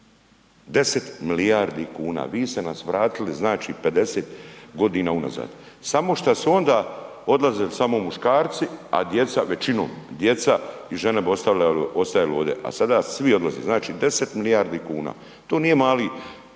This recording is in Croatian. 10 milijardi kuna, vi ste nas vratili znači 50.g. unazad, samo šta su onda odlazili samo muškarci, a djeca većinom, djeca i žene bi ostajale ovdje, a sada svi odlaze, znači 10 milijardi kuna, to nije mali